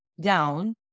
down